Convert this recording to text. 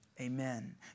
Amen